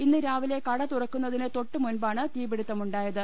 ഇന്ന് രാവിലെ കട തുറക്കുന്നതിന് തൊട്ടുമുമ്പാണ് തീപിടുത്തമുണ്ടായത്